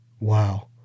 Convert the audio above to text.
Wow